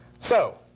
so